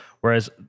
Whereas